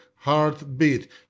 Heartbeat